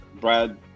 brad